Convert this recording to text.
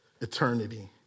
eternity